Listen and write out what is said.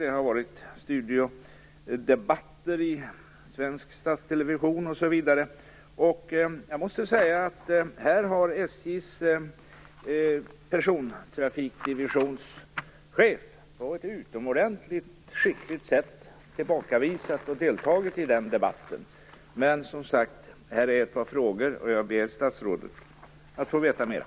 Det har varit studiodebatter i svensk statstelevision. Jag måste säga att SJ:s persontrafikdivisionschef på ett utomordentligt skickligt sätt tillbakavisat kritiken och deltagit i debatten. Men jag har som sagt ett par frågor, och jag ber statsrådet om att få veta mera.